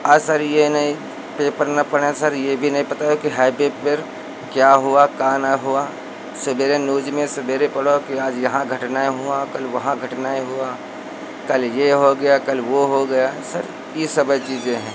आज सर यह नहीं पेपर न पढ़ें सर यह भी नहीं पता कि हाइबे पर क्या हुआ का न हुआ सवेरे न्यूज में सवेरे पढ़ो कि आज यहाँ घटनाएँ हुआ कल वहाँ घटनाएँ हुआ कल यह हो गया कल वह हो गया सर यह सब चीज़ें हैं